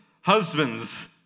Husbands